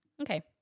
okay